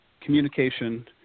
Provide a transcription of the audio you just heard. communication